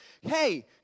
hey